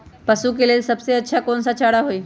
पशु के लेल सबसे अच्छा कौन सा चारा होई?